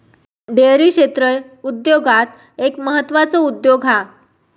dairy क्षेत्र उद्योगांत एक म्हत्त्वाचो उद्योग हा